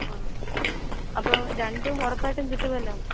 ആ അപ്പോൾ രണ്ടും ഉറപ്പായിട്ടും കിട്ടുമല്ലോ